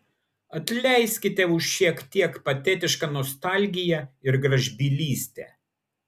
atleiskite už šiek tiek patetišką nostalgiją ir gražbylystę